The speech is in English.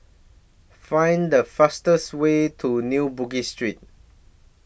Find The fastest Way to New Bugis Street